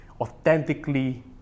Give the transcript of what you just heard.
authentically